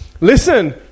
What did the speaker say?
Listen